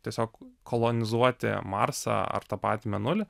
tiesiog kolonizuoti marsą ar tą patį mėnulį